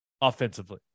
offensively